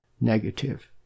negative